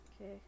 Okay